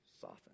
Soften